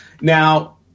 Now